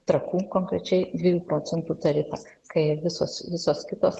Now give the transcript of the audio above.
trakų konkrečiai dviejų procentų tarifą kai visos visos kitos